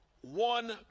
one